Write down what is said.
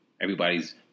Everybody's